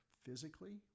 physically